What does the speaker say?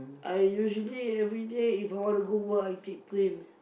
I usually everyday if I want to go work I take train